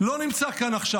לא נמצא כאן עכשיו.